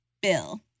Bill